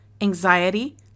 anxiety